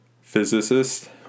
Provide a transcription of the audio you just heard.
physicist